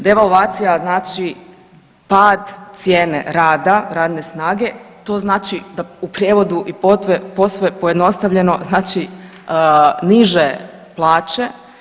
Devalvacija znači pad cijene rada, radne snage, to znači u prijevodu i posve pojednostavljeno znači niže plaće.